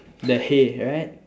the hay right